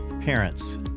Parents